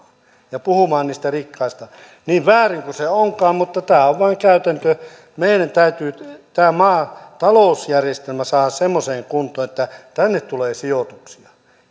ja puhumaan niistä rikkaista niin väärin kuin se onkin niin tämä on vaan käytäntö meidän täytyy tämän maan talousjärjestelmä saada semmoiseen kuntoon että tänne tulee sijoituksia